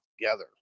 together